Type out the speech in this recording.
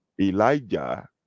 Elijah